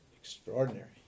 extraordinary